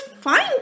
fine